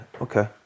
okay